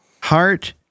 Heart